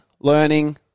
learning